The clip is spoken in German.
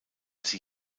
sie